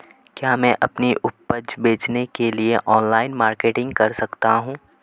क्या मैं अपनी उपज बेचने के लिए ऑनलाइन मार्केटिंग कर सकता हूँ?